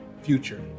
future